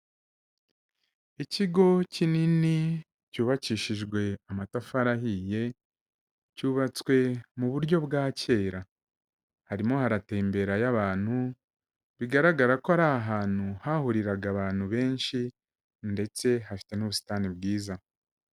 Ikigo kinini cyubakishijwe amatafari ahiye, cyubatswe mu buryo bwa kera. Harimo haratemberayo abantu bigaragara ko ari ahantu hahuriraga abantu benshi ndetse hafite n'ubusitani bwiza.